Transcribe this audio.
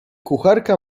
kucharka